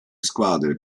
squadre